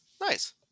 Nice